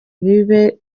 bibe